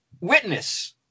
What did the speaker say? Witness